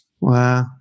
Wow